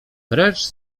precz